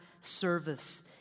service